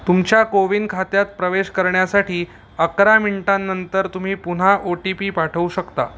तुमच्या कोविन खात्यात प्रवेश करण्यासाठी अकरा मिनटांनंतर तुम्ही पुन्हा ओ टी पी पाठवू शकता